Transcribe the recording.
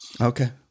Okay